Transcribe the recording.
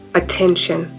attention